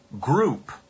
group